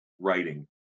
writing